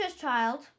Child